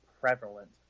prevalent